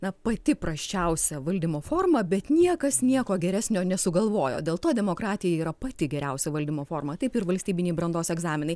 na pati prasčiausia valdymo forma bet niekas nieko geresnio nesugalvojo dėl to demokratija yra pati geriausia valdymo forma taip ir valstybiniai brandos egzaminai